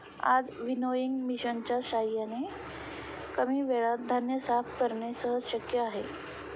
आज विनोइंग मशिनच्या साहाय्याने कमी वेळेत धान्य साफ करणे सहज शक्य आहे